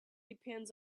depends